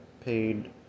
paid